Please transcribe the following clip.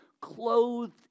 clothed